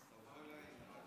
תודה רבה.